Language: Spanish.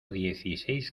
dieciséis